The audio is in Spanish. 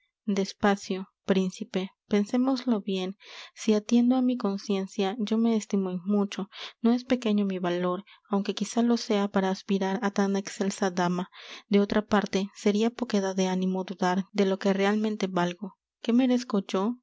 despacio príncipe pensémoslo bien si atiendo á mi conciencia yo me estimo en mucho no es pequeño mi valor aunque quizá lo sea para aspirar á tan excelsa dama de otra parte seria poquedad de ánimo dudar de lo que realmente valgo qué merezco yo